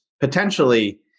potentially